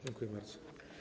Dziękuję bardzo.